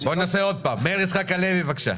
מאיר יצחק הלוי בבקשה.